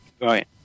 Right